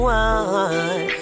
one